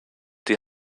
die